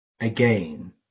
again